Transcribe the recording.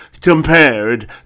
compared